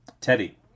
Teddy